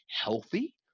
healthy